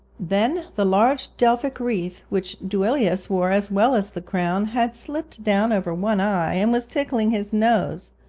then the large delphic wreath, which duilius wore as well as the crown, had slipped down over one eye and was tickling his nose,